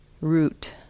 root